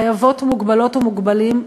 חייבות ומוגבלות ומוגבלים,